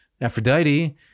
Aphrodite